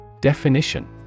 Definition